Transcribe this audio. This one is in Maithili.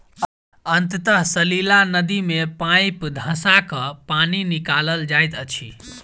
अंतः सलीला नदी मे पाइप धँसा क पानि निकालल जाइत अछि